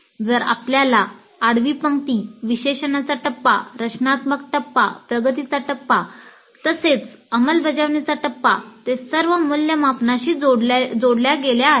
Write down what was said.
जर आपण पाहिले तर आडवी पंक्ती विशेषणाचा टप्पा रचनात्मक टप्पा प्रगतीचा टप्पा तसेच अंमलबजावणीचा टप्पा ते सर्व मूल्यमापनाशी जोडल्या गेल्या आहेत